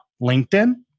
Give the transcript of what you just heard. LinkedIn